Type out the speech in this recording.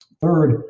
Third